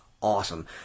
awesome